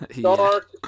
dark